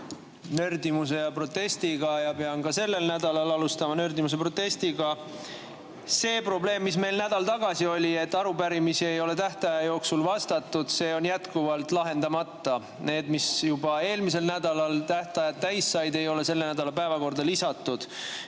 nördimuse ja protestiga ja pean ka sellel nädalal alustama nördimuse ja protestiga. See probleem, mis meil nädal tagasi oli, et arupärimistele ei ole tähtaja jooksul vastatud, on jätkuvalt lahendamata. Neid, mille tähtaeg sai juba eelmisel nädalal täis, ei ole selle nädala päevakorda lisatud.